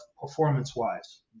performance-wise